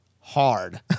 hard